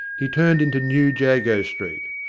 he turned into new jago street.